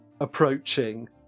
approaching